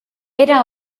era